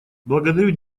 благодарю